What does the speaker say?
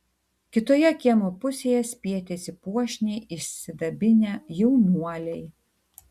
kitoje kiemo pusėje spietėsi puošniai išsidabinę jaunuoliai